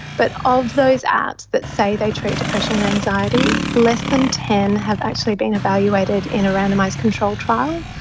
but of those apps that say they treat depression and anxiety, less than ten have actually been evaluated in a randomised controlled trial.